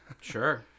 sure